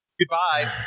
Goodbye